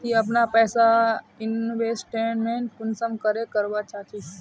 ती अपना पैसा इन्वेस्टमेंट कुंसम करे करवा चाँ चची?